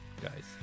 guys